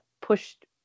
pushed